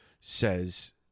says